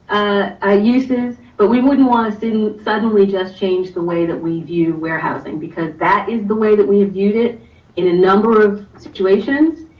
i used this, but we wouldn't wanna suddenly suddenly just change the way that we view warehousing, because that is the way that we have viewed it in a number of situations.